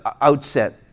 outset